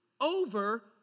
over